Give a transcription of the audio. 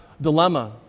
dilemma